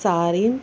Sarim